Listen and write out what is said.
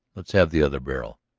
let's have the other barrel.